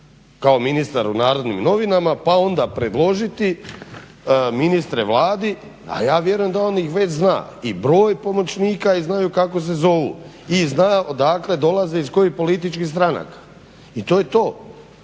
kao ministar u Narodnim novinama pa onda predložiti ministre Vladi, a ja vjerujem da on već zna i broj pomoćnika i znaju kako se zovu i zna odakle dolaze, iz kojih političkih stranaka i to je to.